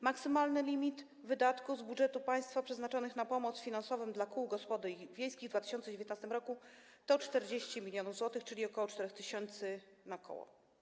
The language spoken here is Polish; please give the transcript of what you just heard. Maksymalny limit wydatków z budżetu państwa przeznaczonych na pomoc finansową dla kół gospodyń wiejskich w 2019 r. to 40 mln zł, czyli ok. 4 tys. na koło.